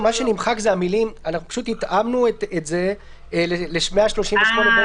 אנחנו התאמנו את זה ל-138ב לחוק.